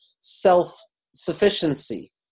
self-sufficiency